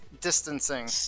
distancing